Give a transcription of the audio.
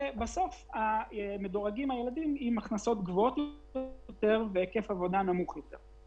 ובסוף מדורגים הילדים עם הכנסות גבוהות יותר והיקף עבודה נמוך יותר.